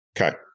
okay